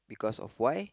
because of why